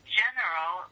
general